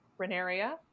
Renaria